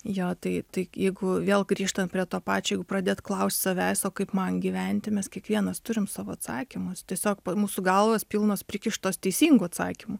jo tai tai jeigu vėl grįžtant prie to pačio jeigu pradėt klaust savęs o kaip man gyventi mes kiekvienas turim savo atsakymus tiesiog mūsų galvos pilnos prikištos teisingų atsakymų